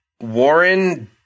Warren